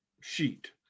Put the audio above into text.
sheet